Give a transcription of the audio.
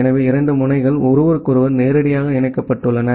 எனவே 2 முனைகள் ஒருவருக்கொருவர் நேரடியாக இணைக்கப்பட்டுள்ளன